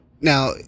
now